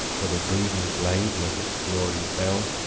for the gleaming blade that its glory fell.